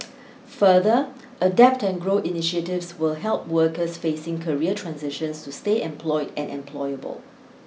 further Adapt and Grow initiatives will help workers facing career transitions to stay employed and employable